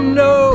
no